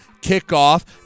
kickoff